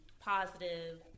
positive